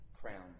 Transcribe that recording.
crown